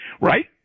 Right